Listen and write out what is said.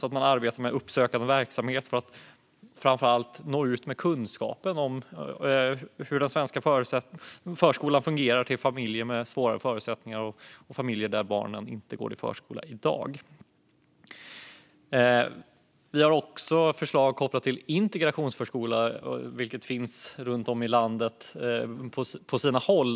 Man kan arbeta med uppsökande verksamhet för att nå ut med kunskap om hur den svenska förskolan fungerar, framför allt till familjer med svårare förutsättningar och familjer där barnen inte går i förskola i dag. Vi har också förslag kopplat till integrationsförskola, vilket finns på sina håll i landet.